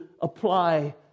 apply